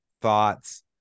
thoughts